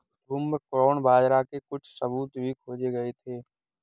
broomcorn बाजरा के कुछ सबूत भी खोजे गए थे